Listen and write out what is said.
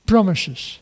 promises